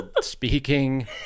speaking